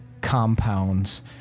compounds